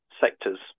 sectors